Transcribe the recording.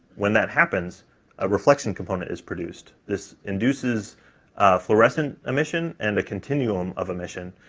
when that happens, a reflection component is produced this induces fluorescent emission and a continuum of emission,